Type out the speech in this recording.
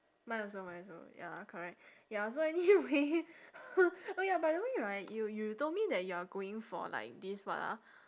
mine also mine also ya correct ya so anyway oh ya by the way right you you told me that you are going for like this what ah